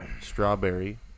strawberry